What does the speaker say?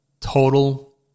Total